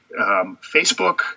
Facebook